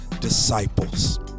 disciples